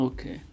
Okay